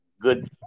good